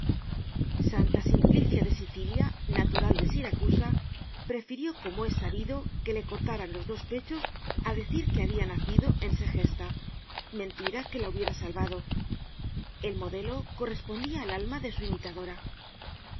santa simplicia de sicilia natural de siracusa prefirió como es sabido que le cortaran los dos pechos á decir que habia nacido en segesta mentira que la hubiera salvado el modelo correspondia al alma de su imitadora